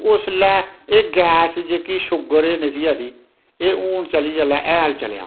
उसलै एह् गैस जेह्की शुग्गर एह् नेईं ही ऐ ही एह् हून चली जिल्लै हैल चलेआ